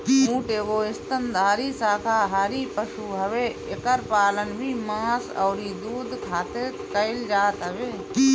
ऊँट एगो स्तनधारी शाकाहारी पशु हवे एकर पालन भी मांस अउरी दूध खारित कईल जात हवे